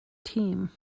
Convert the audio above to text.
team